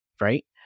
Right